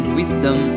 wisdom